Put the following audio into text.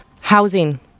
Housing